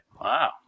Wow